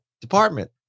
department